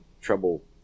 trouble